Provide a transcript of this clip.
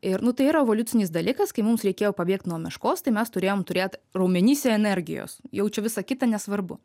ir nu tai yra evoliucinis dalykas kai mums reikėjo pabėgt nuo meškos tai mes turėjom turėt raumenyse energijos jau čia visa kita nesvarbu